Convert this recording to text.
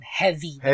heavy